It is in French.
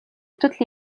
toutes